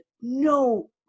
no